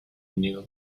new